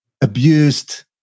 abused